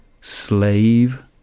Slave